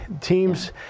teams